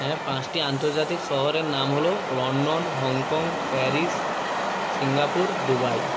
হ্যাঁ পাঁচটি আন্তর্জাতিক শহরের নাম হলো London Hong Kong Paris Singapore Dubai